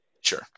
Sure